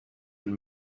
and